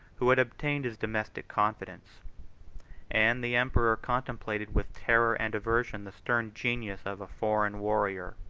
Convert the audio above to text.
who had obtained his domestic confidence and the emperor contemplated, with terror and aversion, the stern genius of a foreign warrior.